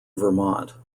vermont